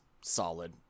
solid